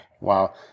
Wow